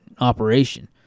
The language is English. operation